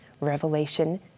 Revelation